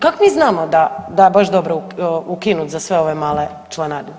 Kako mi znamo da baš dobro ukinuti za sve ove male članarine?